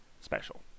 special